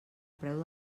preu